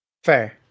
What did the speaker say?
Fair